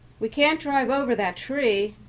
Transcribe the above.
we can't drive over that tree,